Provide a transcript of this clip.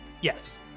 Yes